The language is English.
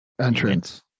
entrance